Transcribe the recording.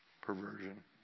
perversion